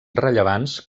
rellevants